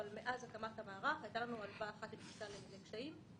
אבל מאז הקמת המערך הייתה לנו הלוואה אחת שנכנסה לקשיים.